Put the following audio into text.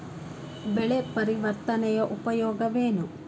ಬೆಳೆ ಪರಿವರ್ತನೆಯ ಉಪಯೋಗವೇನು?